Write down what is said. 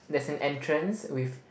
there's an entrance with